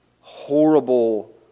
horrible